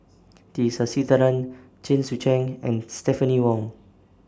T Sasitharan Chen Sucheng and Stephanie Wong